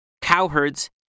cowherds